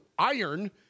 Iron